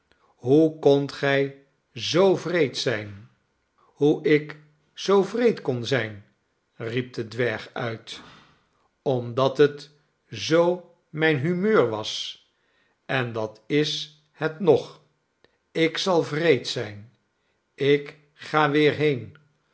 hoe kondt gij zoo wreed zijn hoe ik zoo wreed kon zijn riep de dwerg uit omdat het zoo mijn humeur was en dat is het nog ik zal wreed zijn ik ga weer heen